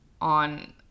on